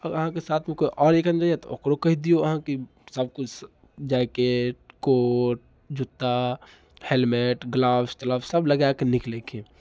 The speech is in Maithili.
अहाँके साथमे कोइ आओर एक आदमी जाइए तऽ ओकरो कहि दियौ अहाँ कि सभकिछु जैकेट कोट जुत्ता हैलमेट ग्लव्स त्लव्स सभ लगाए कऽ निकलैके